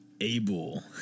Abel